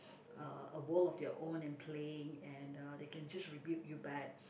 uh a world of their own and playing and uh they can just rebuke you back